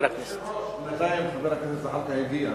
אדוני היושב-ראש, בינתיים חבר הכנסת זחאלקה הגיע.